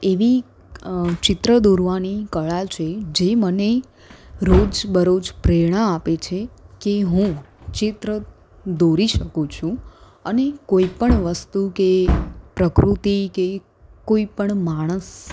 એવી ચિત્ર દોરવાની કળા છે જે મને રોજબરોજ પ્રેરણા આપે છે કે હું ચિત્ર દોરી શકું છું અને કોઈપણ વસ્તુ કે પ્રકૃતિ કે કોઈપણ માણસ